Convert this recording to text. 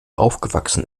aufgewachsen